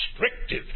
restrictive